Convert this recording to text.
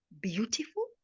beautiful